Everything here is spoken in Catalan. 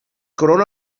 corona